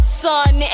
sun